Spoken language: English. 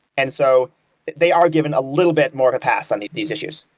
and so they are given a little bit more of a pass on these issues.